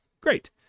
great